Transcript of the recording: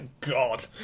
God